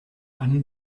anne